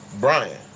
Brian